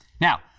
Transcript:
Now